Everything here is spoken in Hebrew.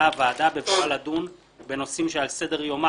הוועדה בבואה לדון בנושאים שעל סדר יומה,